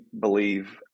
believe